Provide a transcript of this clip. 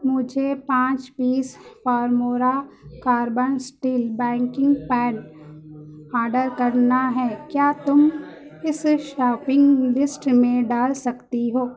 مجھے پانچ پیس فارمورا carbon steel baking pad order کرنا ہے کیا تم اسے شاپنگ لسٹ میں ڈال سکتی ہو